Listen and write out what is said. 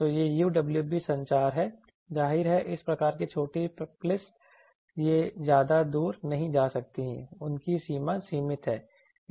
तो यह UWB संचार है जाहिर है इस प्रकार की छोटी पल्सेस वे ज्यादा दूरी नहीं जाती हैं उनकी सीमा सीमित है